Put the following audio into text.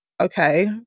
okay